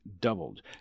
doubled